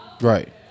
Right